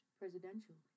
presidential